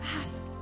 ask